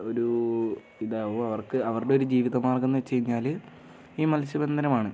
ഒരു ഇതാവും അവർക്ക് അവരുടെ ഒരു ജീവിത മാർഗ്ഗം എന്ന് വെച്ച് കഴിഞ്ഞാൽ ഈ മത്സ്യബന്ധനമാണ്